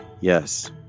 yes